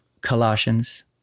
Colossians